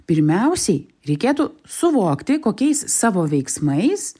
pirmiausiai reikėtų suvokti kokiais savo veiksmais